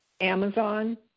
Amazon